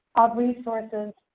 of resources.